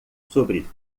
sobre